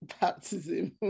baptism